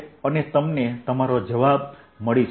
અને તમને તમારો જવાબ મળી શકે